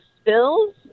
spills